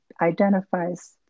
identifies